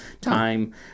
time